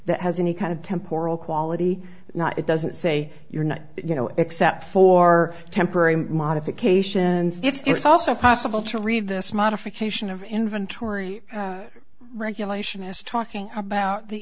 that has any kind of temporal quality not it doesn't say you're not you know except for temporary modification and it's also possible to read this modification of inventory regulation is talking about the